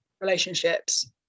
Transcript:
relationships